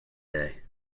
day